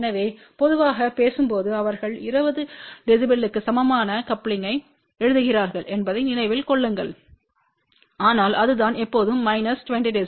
எனவே பொதுவாக பேசும் போது அவர்கள் 20 dB க்கு சமமான கப்லிங்களை எழுதுகிறார்கள் என்பதை நினைவில் கொள்ளுங்கள் ஆனால் அதுதான் எப்போதும் மைனஸ் 20 dB